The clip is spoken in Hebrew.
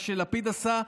מה שלפיד עשה,